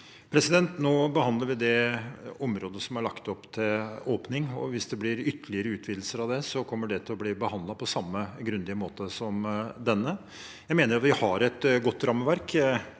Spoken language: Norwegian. Nå behandler vi det området hvor det er lagt opp til åpning, og hvis det blir ytterligere utvidelser av det, kommer det til å bli behandlet på samme grundige måte som denne. Jeg mener at vi har et godt rammeverk.